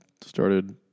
started